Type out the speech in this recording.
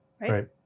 right